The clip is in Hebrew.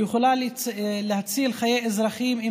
היא הייתה יכולה להציל חיי אזרחים אם